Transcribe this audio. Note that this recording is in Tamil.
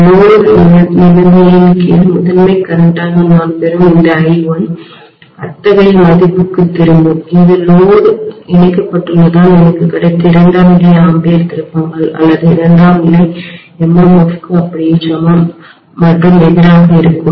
லோடு நிபந்தனையின் கீழ் முதன்மை கரண்டாக நான் பெறும் இந்த I1 அத்தகைய மதிப்புக்குத் திரும்பும் இது லோடு இணைக்கப்பட்டுள்ளதால் எனக்கு கிடைத்த இரண்டாம்நிலை ஆம்பியர் திருப்பங்கள் அல்லது இரண்டாம்நிலை MMFக்கு அப்படியே சமம் மற்றும் எதிராக இருக்கும்